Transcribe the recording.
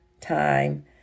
time